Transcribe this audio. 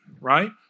right